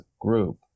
group